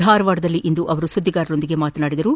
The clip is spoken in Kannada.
ಧಾರವಾಡದಲ್ಲಿಂದು ಸುದ್ಗಿಗಾರರೊಂದಿಗೆ ಮಾತನಾಡಿದ ಅವರು